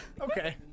Okay